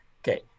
Okay